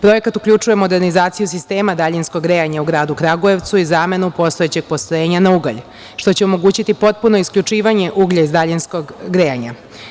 Projekat uključuje modernizaciju sistema daljinskog grejanja u gradu Kragujevcu i zamenu postojećeg postrojenja na ugalj, što će omogućiti potpuno isključivanje uglja iz daljinskog grejanja.